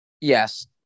Yes